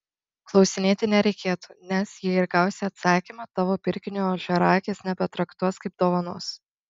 klausinėti nereikėtų nes jei ir gausi atsakymą tavo pirkinio ožiaragis nebetraktuos kaip dovanos